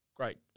great